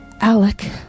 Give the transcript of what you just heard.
Alec